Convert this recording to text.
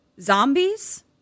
zombies